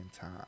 time